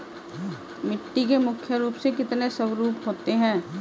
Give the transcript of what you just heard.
मिट्टी के मुख्य रूप से कितने स्वरूप होते हैं?